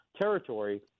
territory